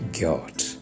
God